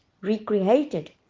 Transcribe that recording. recreated